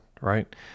right